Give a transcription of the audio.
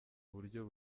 buryo